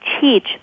teach